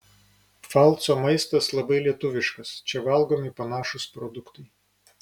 pfalco maistas labai lietuviškas čia valgomi panašūs produktai